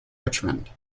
richmond